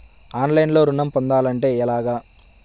ఆన్లైన్లో ఋణం పొందాలంటే ఎలాగా?